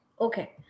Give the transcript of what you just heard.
Okay